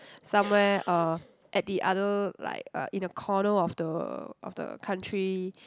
somewhere uh at the other like uh in a corner of the of the country